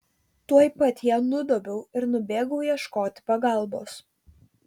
tuoj pat ją nudobiau ir nubėgau ieškoti pagalbos